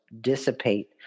dissipate